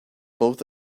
both